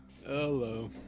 hello